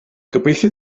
gobeithio